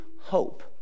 hope